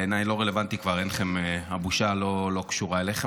בעיניי זה לא רלוונטי כבר, הבושה לא קשורה אליכם.